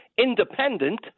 independent